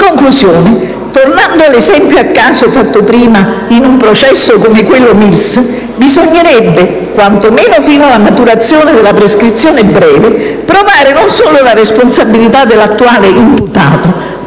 conclusione: tornando all'esempio a caso fatto prima in un processo come quello Mills, bisognerebbe (quantomeno fino alla maturazione della prescrizione breve) provare non solo la responsabilità dell'attuale imputato,